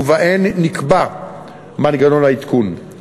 ובהן נקבע מנגנון העדכון,